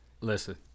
Listen